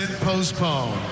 postponed